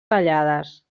tallades